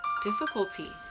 difficulty